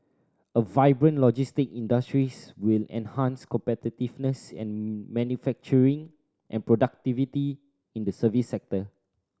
a vibrant logistic industries will enhance competitiveness in manufacturing and productivity in the service sector